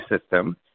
system